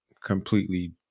completely